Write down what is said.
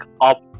up